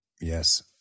Yes